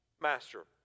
Master